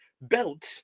belt